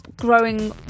growing